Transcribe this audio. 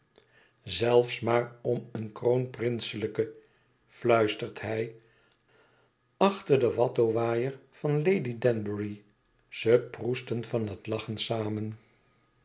zelfs maar om een kroonprinselijke fluistert hij achter den watteau waaier van lady danbury ze proesten van het lachen samen